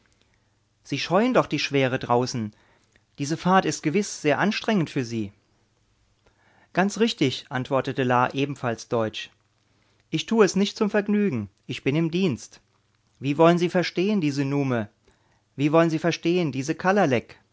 sie scheuen doch die schwere draußen diese fahrt ist gewiß sehr anstrengend für sie ganz richtig antwortete la ebenfalls deutsch ich tue es nicht zum vergnügen ich bin im dienst wie wollen sie verstehen diese nume wie wollen sie verstehen diese